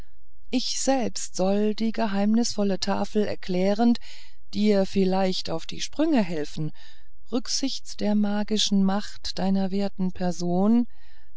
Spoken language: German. ich selbst soll die geheimnisvolle tafel erklärend dir vielleicht auf die sprünge helfen rücksichts der magischen macht deiner werten person